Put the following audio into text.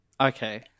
Okay